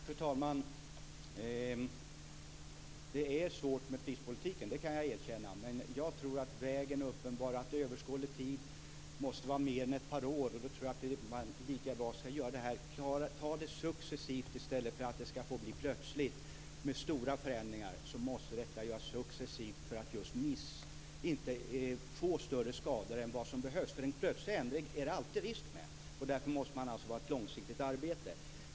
Fru talman! Prispolitiken är svår, det kan jag erkänna. Men jag tror att vägen är uppenbar och att det är lika bra att man under överskådlig tid - det måste vara mer än ett par år - successivt gör detta i stället för plötsligt med stora förändringar för att det inte ska bli större skador än nödvändigt. En plötslig ändring är det nämligen alltid en risk med. Därför måste man bedriva ett långsiktigt arbete.